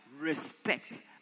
respect